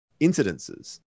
incidences